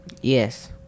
Yes